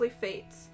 fates